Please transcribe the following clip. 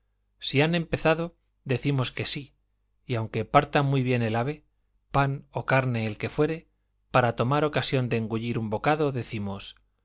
si han empezado decimos que sí y aunque parta muy bien el ave pan o carne el que fuere para tomar ocasión de engullir un bocado decimos